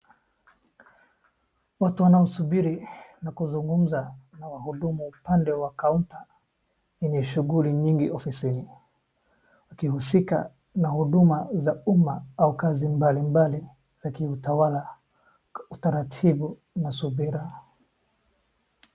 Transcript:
Watu wanaosubiri na kuzungumza na wahudumu upande wa kaunta wenye shughuli nyingi ofisini, wakihusika na huduma za umma au kazi mbalimbali za kiutawala, taratibu na subira.